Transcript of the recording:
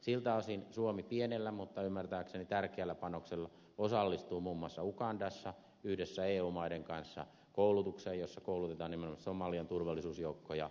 siltä osin suomi pienellä mutta ymmärtääkseni tärkeällä panoksella osallistuu muun muassa ugandassa yhdessä eu maiden kanssa koulutukseen jossa koulutetaan nimenomaan somalian turvallisuusjoukkoja